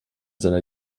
seiner